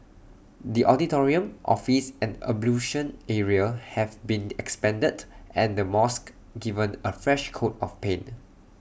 the auditorium office and ablution area have been expanded and the mosque given A fresh coat of paint